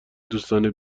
دوستانه